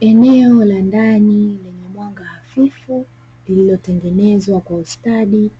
Eneo la ndani lenye mwanga hafifu lililotengenezwa kwa ustadi